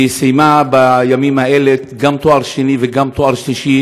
היא סיימה בימים האלה גם תואר שני וגם תואר שלישי,